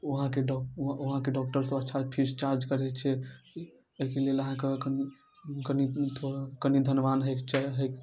वहाँके डॉक वहाँके डॉक्टरसभ अच्छा फीस चार्ज करै छै एहिके लेल अहाँके कनि कनि थोड़ा कनि धनवान होइके